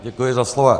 Děkuji za slovo.